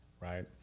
right